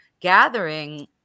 Gathering